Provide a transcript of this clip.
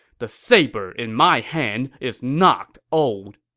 the saber in my hand is not old!